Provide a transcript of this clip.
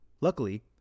Luckily